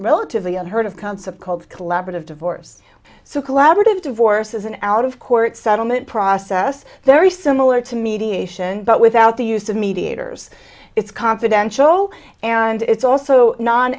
relatively unheard of concept called collaborative divorce so collaborative divorce is an out of court settlement process very similar to mediation but without the use of mediators it's confidential and it's also non